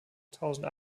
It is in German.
tausend